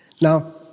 Now